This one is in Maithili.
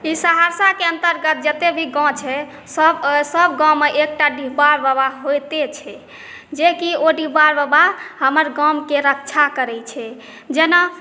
ई सहरसाके अन्तर्गत जते भी गाँम छै सब सब गाँमे एकटा डिहबार बाबा होइते छै जे कि ओ डिहबार बाबा हमर गामके रक्षा करै छै जेना